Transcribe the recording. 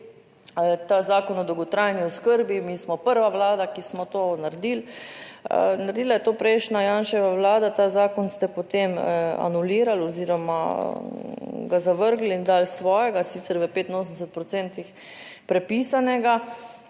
ta Zakon o dolgotrajni oskrbi, mi smo prva Vlada, ki smo to naredili. Naredila je to prejšnja Janševa vlada. Ta zakon ste potem anulirali oziroma ga zavrgli in dali svojega, sicer v 85 procentih